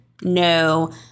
no